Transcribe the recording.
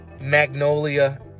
Magnolia